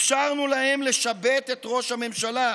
אפשרנו להם לשבט את ראש הממשלה,